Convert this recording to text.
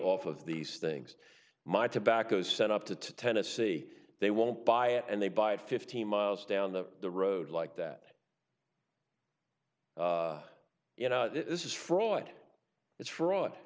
of these things my tobacco is set up to tennessee they won't buy it and they buy fifty miles down the the road like that you know this is fraud it's fraud